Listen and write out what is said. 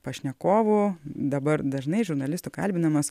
pašnekovų dabar dažnai žurnalistų kalbinamas